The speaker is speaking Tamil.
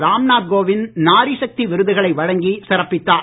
ராம் நாத் கோவிந்த் நாரி சக்தி விருதுகளை வழங்கிச் சிறப்பித்தார்